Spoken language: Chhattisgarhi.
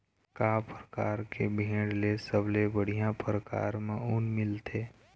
का परकार के भेड़ ले सबले बढ़िया परकार म ऊन मिलथे?